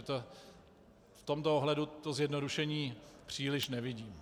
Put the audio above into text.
V tomto ohledu zjednodušení příliš nevidím.